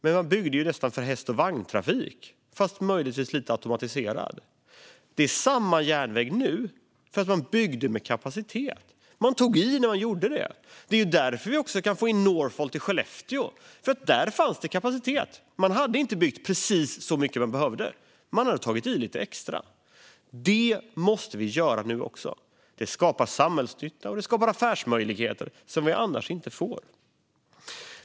Man byggde nästan för häst-och-vagn-trafik, fast möjligtvis lite automatiserad. Det är samma järnväg nu därför att man byggde med kapacitet. Man tog i när man gjorde det. Det är också därför vi kan få in Northvolt i Skellefteå. Där fanns det kapacitet. Man hade inte byggt precis så mycket man behövde. Man hade tagit till lite extra. Det måste vi göra nu också. Det skapar samhällsnytta, och det skapar affärsmöjligheter som vi annars inte får.